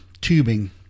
tubing